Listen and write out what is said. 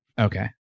Okay